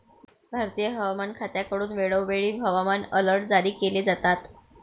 भारतीय हवामान खात्याकडून वेळोवेळी हवामान अलर्ट जारी केले जातात